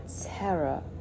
terror